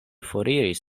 foriris